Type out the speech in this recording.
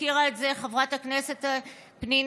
הזכירה זאת חברת הכנסת פנינה,